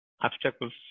obstacles